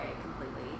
completely